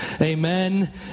Amen